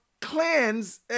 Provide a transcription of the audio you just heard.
cleanse